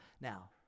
now